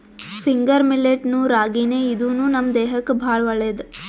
finger millet ನು ರಾಗಿನೇ ಇದೂನು ನಮ್ ದೇಹಕ್ಕ್ ಭಾಳ್ ಒಳ್ಳೇದ್